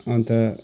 अन्त